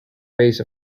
base